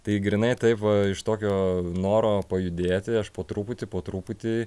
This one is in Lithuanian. tai grynai taip va iš tokio noro pajudėti aš po truputį po truputį